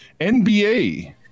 NBA